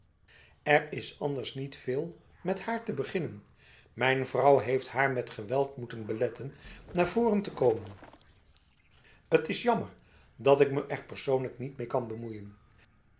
er is anders niet veel met haar te beginnen mijn vrouw heeft haar met geweld moeten beletten naar voren te komen t is jammer dat ik me er persoonlijk niet mee kan bemoeienf